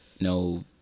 No